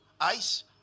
ice